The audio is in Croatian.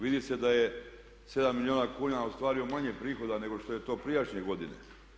Vidi se da je 7 milijuna kuna ostvario manje prihoda nego što je to prijašnje godine.